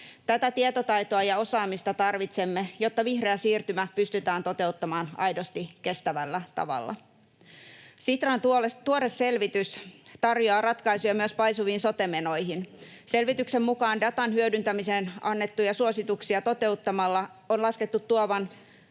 Tätä tietotaitoa ja osaamista tarvitsemme, jotta vihreä siirtymä pystytään toteuttamaan aidosti kestävällä tavalla. Sitran tuore selvitys tarjoaa ratkaisuja myös paisuviin sote-menoihin. Selvityksen mukaan datan hyödyntämiseen annettujen suositusten toteuttamisen on laskettu tuovan